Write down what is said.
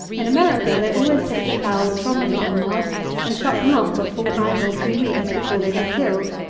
in america they always take the fowls from the farm-yard, and shut them up a fortnight or three weeks before they be killed.